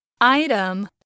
item